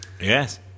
Yes